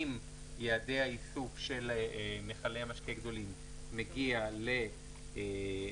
אם יעד האיסוף של מיכלי משקה גדולים מגיע ל-55%,